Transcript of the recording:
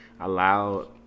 allowed